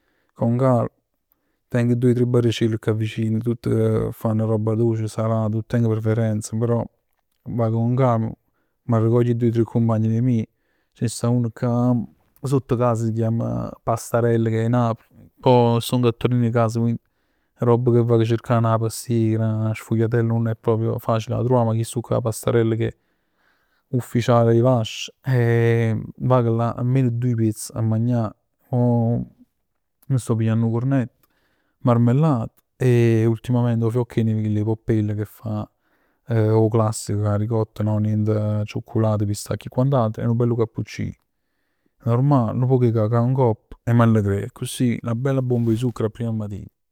Con calma, tengo doje o tre barciell cà vicin, tutt che fann roba doce, salato, nun tengo preferenze, però vago con calma. M'arrecoglio doje o tre cumpagn d' 'e meje, ce ne sta uno cà sotto casa, s' chiama Pastarell che è 'e Napl. Poi ij stong a Torino 'e casa, quindi roba che vago cercann 'a pastiera, 'a sfugliatella nun è proprio facile a d' 'a truvà. Ma chistu'ccà Pastarella che è proprio ufficiale 'e vasc. Vag là e almeno doje piezz a magnà, o mi sto pigliann 'o cornett, marmellata e utlimamente 'o fiocco 'e neve chill 'e Poppella che fa 'o classico cu 'a ricotta, no nient ciucculat, pistacchio e quant'altro e nu bell cappuccin normal. Nu poc 'e cacao ngopp e m'arrecreo. Accussì 'na bella bomba 'e zuccher 'a matin.